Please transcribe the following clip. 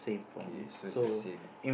K so its the same